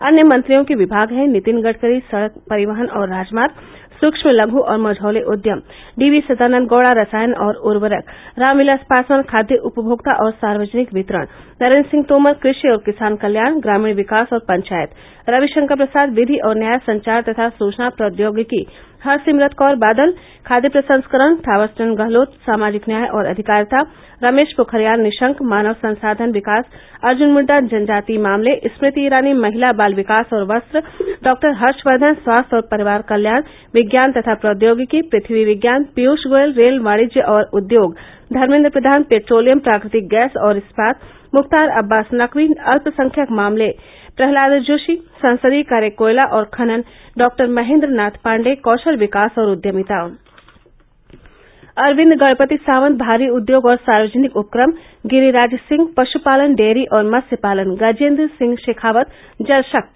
अन्य मंत्रियों के विभाग हैं नितिन गडकरी सड़क परिवहन और राजमार्ग सूक्ष्म लघु और मझौले उद्यम डी वी सदानंद गौड़ा रसायन और उवर्रक राम विलास पासवान खाद्य उपभोक्ता और सार्वजनिक वितरण नरेंद्र सिंह तोमर कृषि और किसान कल्याण ग्रामीण विकास और पंचायत रविशंकर प्रसाद विधि और न्याय संचार तथा सूचना प्रौद्योगिकी हरसिमरत कौर बादल खाद्य प्रसंस्करण थावर चंद गहलोत सामाजिक न्याय और आधिकारिता रमेश पोखरियाल निशंक मानव संसाधन विकास अर्जुन मुंडा जनजातीय मामले स्मृति ईरानी महिला बाल विकास और वस्त्र डॉ हर्षवर्धन स्वास्थ्य और परिवार कल्याण विज्ञान तथा प्रौद्योगिकी पृथ्यी विज्ञान पीयूष गोयल रेल वाणिज्य और उद्योग धर्मेद्र प्रधान पैट्रोलियम प्राकृतिक गैस और इस्पात मुख्तार अब्बास नकवी अल्पसंख्यक मामले प्रहलाद जोशी संसदीय कार्य कोयला और खनन डॉ महेंद्र नाथ पांडेय कौशल विकास और उद्यमिता अरविंद गणपति सावंत भारी उद्योग और सार्वजनिक उपक्रम गिरिराज सिंह पशुपालन डेयरी और मत्स्य पालन गजेंद्र सिंह शेखावत जल शक्ति